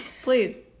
Please